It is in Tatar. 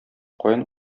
каян